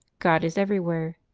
god is everywhere.